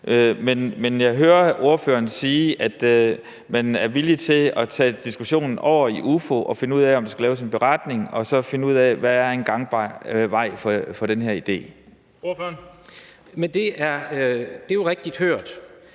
Men jeg hører ordføreren sige, at man er villig til at tage diskussionen over i UFO og finde ud af, om der skal laves en beretning, og så finde ud af, hvad der er en gangbar vej for den her idé. Kl. 12:11 Den fg. formand (Bent